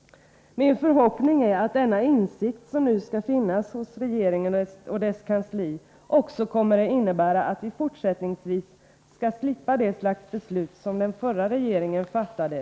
Min förhoppning är att den insikt som nu skall finnas hos regeringen och dess kansli också kommer att medföra att vi fortsättningsvis slipper det slags beslut som den förra regeringen fattade.